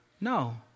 no